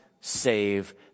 save